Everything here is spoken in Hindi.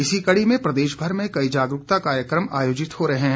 इसी कड़ी में प्रदेश भर में कई जागरूकता कार्यक्रम आयोजित हो रहे हैं